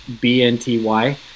B-N-T-Y